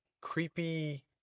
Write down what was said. creepy